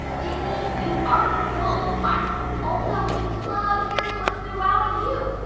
jamie, you are full of wow. also, we love hearing what's been wowing you.